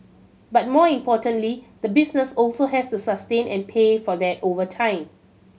but more importantly the business also has to sustain and pay for that over time